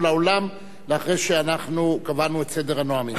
לאולם אחרי שקבענו את סדר הנואמים.